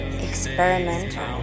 Experimental